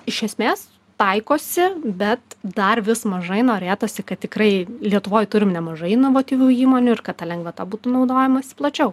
iš esmės taikosi bet dar vis mažai norėtųsi kad tikrai lietuvoj turim nemažai inovatyvių įmonių ir kad ta lengvata būtų naudojamasi plačiau